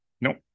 nope